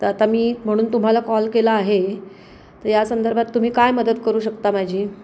तर आता मी म्हणून तुम्हाला कॉल केला आहे तर या संदर्भात तुम्ही काय मदत करू शकता माझी